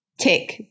Tick